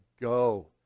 go